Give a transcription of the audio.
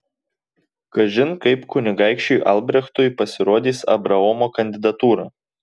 kažin kaip kunigaikščiui albrechtui pasirodys abraomo kandidatūra